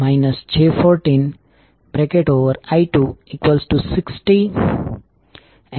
અને તમારી આંગળીઓ આ રીતે વાળો જેમ કોઇલ બંધાયેલ છે તો તે કોઇલની બાજુને વળાંક આપશે